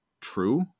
true